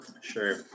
sure